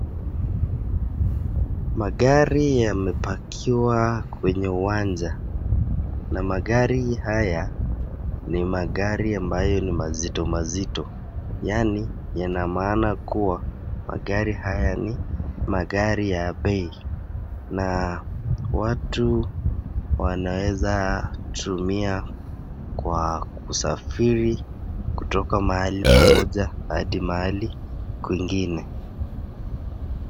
Magari yamebakiwa kwenye uwanja na magari haya ni magari ambayo ni mazito mazito, yaani inamana kuwa magari haya ni magari ya bei na watu wanaweza tumia kwa kusafiri kutoka mahali pamoja hadi mahali kwingine.